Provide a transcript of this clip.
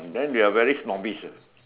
then they are very snobbish leh